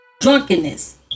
Drunkenness